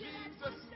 Jesus